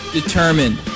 determined